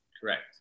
correct